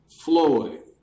Floyd